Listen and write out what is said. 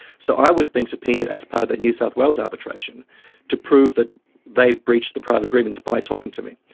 so i was being subpoenaed as part of the new south wales arbitration to prove that they've breached the private agreements by talking to me.